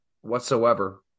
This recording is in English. whatsoever